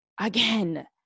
again